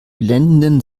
blendenden